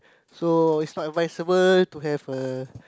so it's not advisable to have a